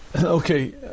Okay